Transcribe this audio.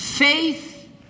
Faith